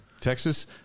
Texas